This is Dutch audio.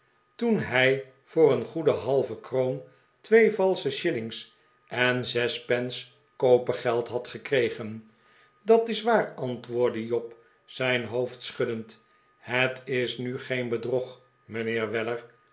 toen hij voor een goede halve kroon twee valsche shillings en zes pence kopergeld had gekregen m dat is waar antwoordde job zijn hoofd schuddend het is nu geen bedrog mijnheer weller